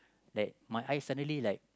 like my eye suddenly like